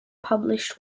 published